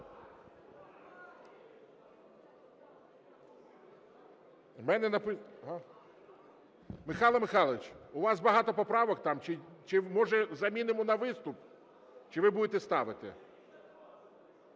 Михайло Михайлович, у вас багато поправок там? Чи можемо замінимо на виступ? Чи ви будете ставити?